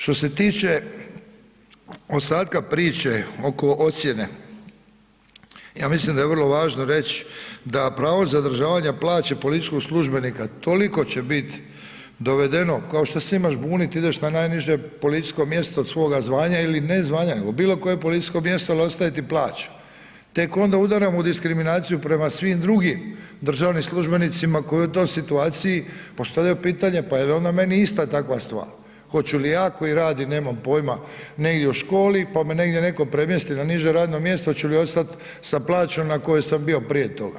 Što se tiče ostatka priče oko ocjene, ja mislim da je vrlo važno reći da pravo zadržavanja plaće policijskog službenika toliko će bit dovedeno kao šta se imaš bunit, ideš na najniže policijsko mjesto svoga zvanja ili ne zvanja nego bilokoje policijsko mjesto ali ostaje ti plaća, tek onda udaramo u diskriminaciju prema svim drugim državnim službenicima koji u toj situaciji postavljaju pitanje pa jel onda meni ista takva stvar, hoću li ja koji radim nemam pojma negdje u školi, pa me negdje neto premjesti na niže radno mjesto, hoću li ostat sa plaćom na kojoj sam bio prije toga?